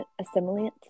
assimilate